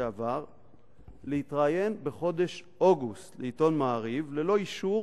לשעבר להתראיין בחודש אוגוסט לעיתון "מעריב" ללא אישור,